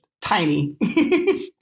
tiny